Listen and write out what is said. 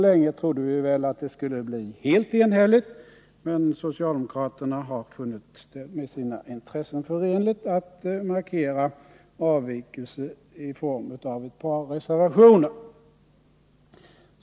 Länge trodde vi att det skulle bli helt enhälligt, men socialdemokraterna har funnit det med sina intressen förenligt att markera avvikelse i form av ett par reservationer.